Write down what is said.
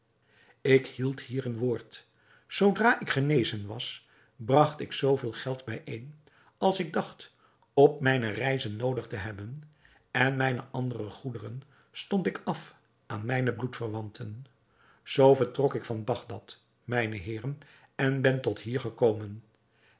ik hield hierin woord zoodra ik genezen was bragt ik zoo veel geld bijeen als ik dacht op mijne reizen noodig te hebben en mijne andere goederen stond ik af aan mijne bloedverwanten zoo vertrok ik van bagdad mijne heeren en ben tot hier gekomen